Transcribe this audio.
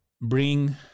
bring